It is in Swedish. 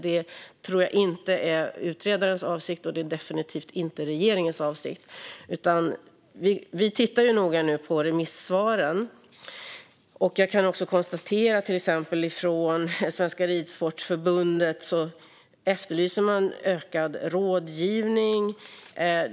Det tror jag inte är utredarens avsikt, och det är definitivt inte regeringens avsikt. Vi tittar nu noga på remissvaren. Jag kan konstatera att till exempel från Svenska Ridsportförbundet efterlyser man ökad rådgivning.